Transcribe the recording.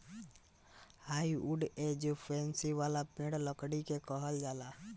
hardwood angiosperm वाला पेड़ लकड़ी के कहल जाला